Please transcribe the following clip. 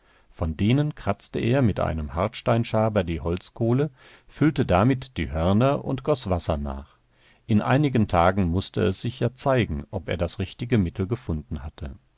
von denen kratzte er mit einem hartsteinschaber die holzkohle füllte damit die hörner und goß wasser nach in einigen tagen mußte es sich ja zeigen ob er das richtige mittel gefunden hatte